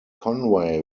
conway